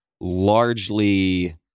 largely